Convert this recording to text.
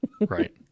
Right